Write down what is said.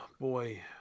boy